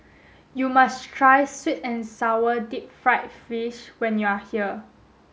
you must try sweet and sour deep fried fish when you are here